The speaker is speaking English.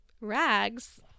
Rags